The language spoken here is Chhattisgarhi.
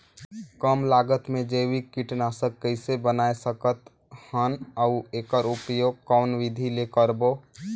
कम लागत मे जैविक कीटनाशक कइसे बनाय सकत हन अउ एकर उपयोग कौन विधि ले करबो?